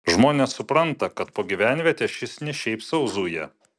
žmonės supranta kad po gyvenvietę šis ne šiaip sau zuja